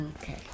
Okay